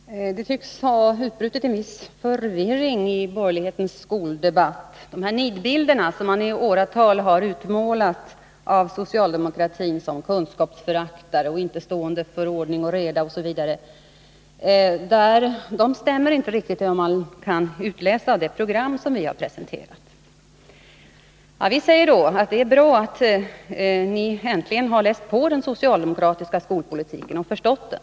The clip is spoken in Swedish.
Herr talman! Det tycks ha utbrutit en viss förvirring i borgerlighetens skoldebatt. Nidbilderna som man i åratal har målat upp av socialdemokratin som kunskapsföraktare, inte stående för ordning och reda osv. stämmer inte med vad man kan utläsa av det program som vi har presenterat. Vi säger att det är bra att ni äntligen har läst på den socialdemokratiska skolpolitiken och förstått den.